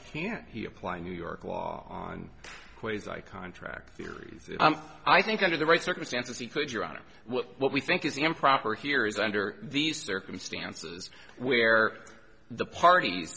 can't he apply new york law on ways i contract theories i think under the right circumstances he could your honor what we think is improper here is under these circumstances where the parties